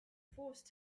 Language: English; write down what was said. forced